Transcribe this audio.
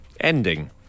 ending